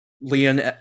Leon